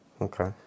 Okay